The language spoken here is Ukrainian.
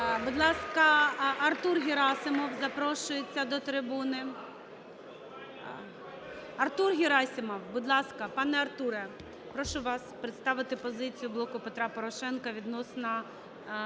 Будь ласка, Артур Герасимов запрошується до трибуни. Артур Герасимов! Будь ласка, пане Артуре, прошу вас представити позицію "Блоку Петра Порошенка" відносно